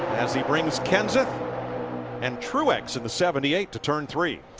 as he brings kenseth and truex in the seventy eight to turn three.